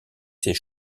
ses